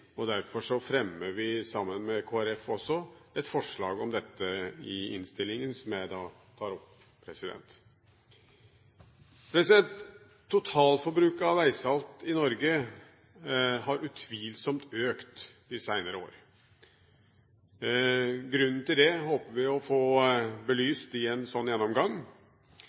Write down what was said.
vinterstid. Derfor fremmer vi sammen med Kristelig Folkeparti også et forslag om dette i innstillingen, som jeg da tar opp. Totalforbruket av veisalt i Norge har utvilsomt økt de senere år. Grunnen til dette håper vi å få belyst i en sånn gjennomgang,